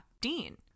Dean